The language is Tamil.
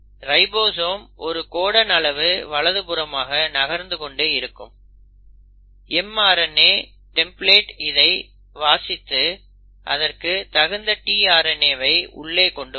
ரைபோசோம் ஒரு கோடன் அளவு வலதுபுறமாக நகர்ந்து கொண்டே இருக்கும் mRNA டெம்ப்ளேட் இதை வாசித்து அதற்கு தகுந்த tRNAவை உள்ளே கொண்டு வரும்